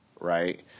right